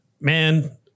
man